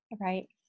Right